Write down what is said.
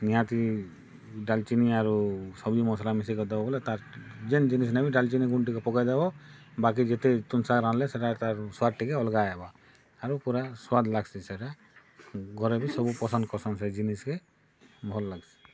ନିହାତି ଡ଼ାଲ୍ଚିନି ଆରୁ ସବ୍ଜି ମସ୍ଲା ମିଶେଇ କରିଦେବ ବେଲେ ତା'ର୍ ଯେନ୍ ଜିନିଷ୍ ନେ ବି ଡ଼ାଲ୍ଚିନି ଗୁଣ୍ଡ୍ ଟିକେ ପକେଇଦେବ ବାକି ଯେତେ ତୁନ୍ ଶାଗ୍ ରାନ୍ଧିଲେ ସେଟା ତା'ର୍ ସ୍ୱାଦ୍ ଟିକେ ଅଲ୍ଗା ଆଏବା ଆରୁ ପୁରା ସ୍ୱାଦ୍ ଲାଗ୍ସି ସେଟା ଘରେ ବି ସବୁ ପସନ୍ଦ୍ କର୍ସନ୍ ସେ ଜିନିଷ୍ କେ ଭଲ୍ ଲାଗ୍ସି